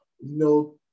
no